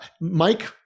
Mike